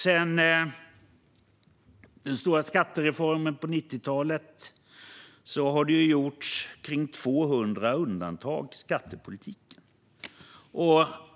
Sedan den stora skattereformen på 90-talet har det gjorts omkring 200 undantag i skattepolitiken.